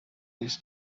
his